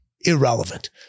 irrelevant